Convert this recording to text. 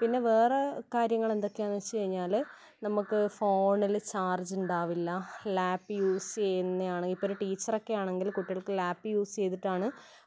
പിന്നെ വേറെ കാര്യങ്ങൾ എന്തൊക്കെയാന്ന് വെച്ച് കഴിഞ്ഞാൽ നമുക്ക് ഫോണിൽ ചാർജ് ഉണ്ടാവില്ല ലാപ്പ് യൂസ് ചെയ്യുന്നത് ആണെങ്കിൽ ഇപ്പം ഒരു ടീച്ചറക്കെ ആണെങ്കിൽ കുട്ടികൾക്ക് ലാപ്പ് യൂസ് ചെയ്തിട്ടാണ്